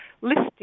listing